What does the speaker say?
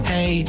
Hey